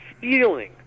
feeling